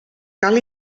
cal